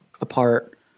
apart